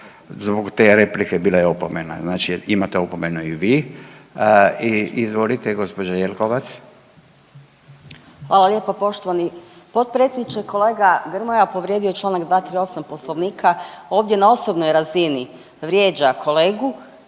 zbog te replike bila je opomena. Znači imate opomenu i vi i izvolite gospođa Jelkovac. **Jelkovac, Marija (HDZ)** Hvala lijepo poštovani potpredsjedniče. Kolega Grmoja povrijedio je Članak 238. Poslovnika ovdje na osobnoj razini vrijeđa kolegu